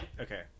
Okay